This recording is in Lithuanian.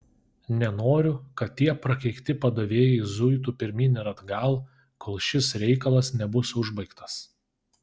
nenoriu kad tie prakeikti padavėjai zuitų pirmyn ir atgal kol šis reikalas nebus užbaigtas